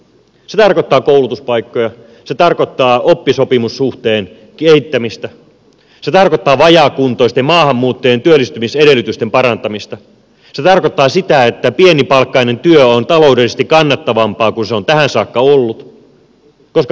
se tarkoittaa koulutuspaikkoja se tarkoittaa oppisopimussuhteen kehittämistä se tarkoittaa vajaakuntoisten maahanmuuttajien työllistymisedellytysten parantamista se tarkoittaa sitä että pienipalkkainen työ on taloudellisesti kannattavampaa kuin se on tähän saakka ollut koska kaikki työ on arvokasta